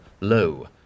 low